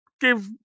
give